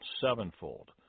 sevenfold